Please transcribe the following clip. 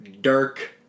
Dirk